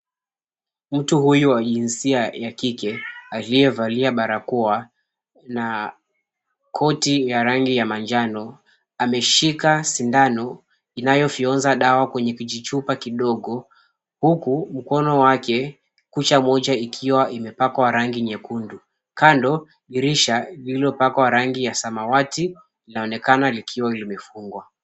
Mtu huyu wa jinsia ya kike, aliyevalia barakoa na koti ya rangi ya manjano, ameshika sindano inayofyonza dawa kwenye kijichupa kidogo, huku mkono, wake kucha moja ikiwa imepakwa rangi nyekundu. Kando dirisha lililopakwa rangi ya samawati linaonekana likiwa limefungwa.